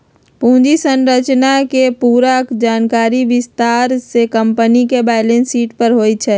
पूंजी संरचना के पूरा जानकारी विस्तार से कम्पनी के बैलेंस शीट में होई छई